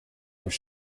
was